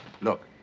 Look